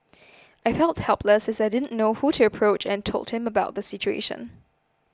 I felt helpless as I didn't know who to approach and told him about the situation